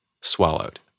Swallowed